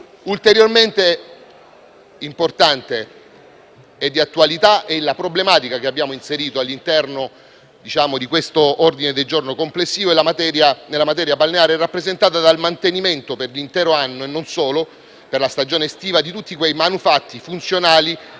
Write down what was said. altrettanta importanza e attualità è la problematica che abbiamo inserito all'interno dell'ordine del giorno sulla materia balneare. Mi riferisco al mantenimento, per l'intero anno e non solo per la stagione estiva, di tutti quei manufatti funzionali